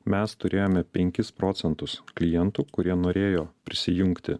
mes turėjome penkis procentus klientų kurie norėjo prisijungti